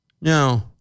No